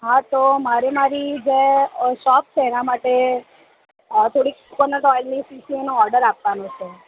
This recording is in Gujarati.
હા તો મારે મારી જે શોપ છે એના માટે થોડી કોકોનટ ઓઈલની શીશીઓનો ઓર્ડર આપવાનો છે